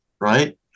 Right